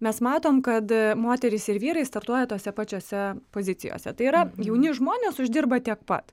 mes matom kad moterys ir vyrai startuoja tose pačiose pozicijose tai yra jauni žmonės uždirba tiek pat